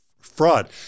fraud